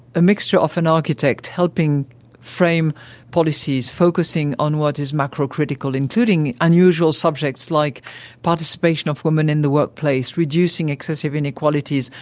a mixture of an architect helping frame policies focusing on what is macro critical including unusual subjects like participation of women in the workplace, reducing excessive inequalities,